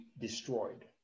destroyed